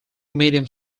medium